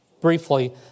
briefly